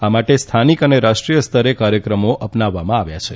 આ માટે સ્થાનિક અને રાષ્ટ્રીય સ્તરે કાર્યક્રમો અપનાવવામાં આવ્યા છે